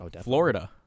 Florida